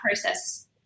process